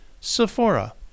Sephora